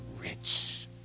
rich